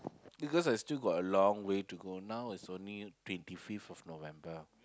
because I still got a long way to go now is only twenty fifth of November